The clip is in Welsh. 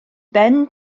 ben